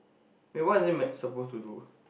wait what is it me~ suppose to do